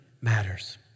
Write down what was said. matters